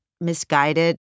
misguided